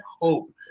hope